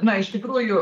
na iš tikrųjų